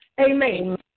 Amen